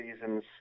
seasons